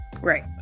Right